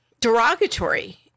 derogatory